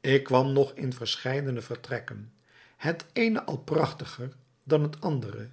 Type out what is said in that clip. ik kwam nog in verscheidene vertrekken het eene al prachtiger dan het andere